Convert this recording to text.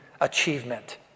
achievement